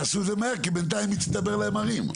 תעשו את זה מהר כי בינתיים מצטבר להם הרים.